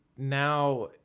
Now